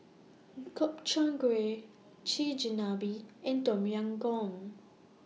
Gobchang Gui Chigenabe and Tom Yam Goong